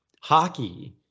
Hockey